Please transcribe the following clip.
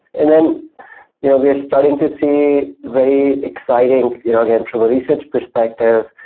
and then you know we are starting to see very exciting you know again, from a research perspective,